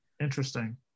Interesting